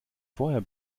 vorher